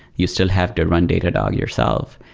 you still have to run datadog yourself.